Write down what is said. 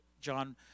John